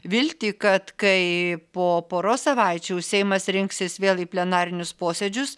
viltį kad kai po poros savaičių seimas rinksis vėl į plenarinius posėdžius